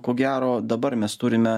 ko gero dabar mes turime